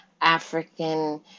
African